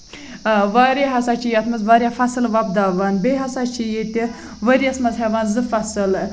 واریاہ ہسا چھِ یَتھ منٛز واریاہ فَصٕل وۄپداوان بیٚیہِ ہسا چھِ یِیٚیہِ ؤرۍ یَس منٛز ہیٚوان زٕ فَصٕل